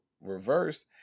reversed